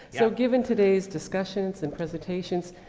so given today's discussions and presentations,